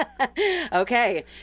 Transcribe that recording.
Okay